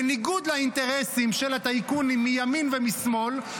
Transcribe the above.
בניגוד לאינטרסים של הטייקונים מימין ומשמאל,